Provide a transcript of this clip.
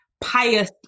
pious